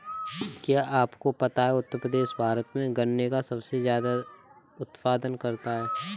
क्या आपको पता है उत्तर प्रदेश भारत में गन्ने का सबसे ज़्यादा उत्पादन करता है?